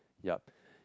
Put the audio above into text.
yup